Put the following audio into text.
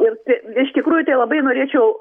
ir t iš tikrųjų tei labai norėčiau